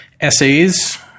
Essays